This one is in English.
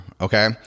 okay